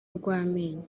urw’amenyo